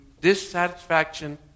dissatisfaction